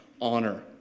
honor